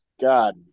God